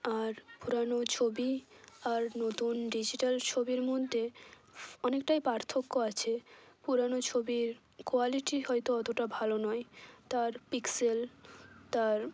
আর পুরনো ছবি আর নতুন ডিজিটাল ছবির মধ্যে অনেকটাই পার্থক্য আছে পুরানো ছবির কোয়ালিটি হয়তো অতটা ভালো নয় তার পিক্সেল তার